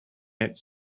its